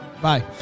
Bye